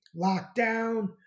Lockdown